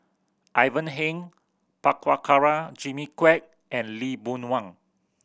Ivan Heng Prabhakara Jimmy Quek and Lee Boon Wang